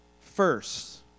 first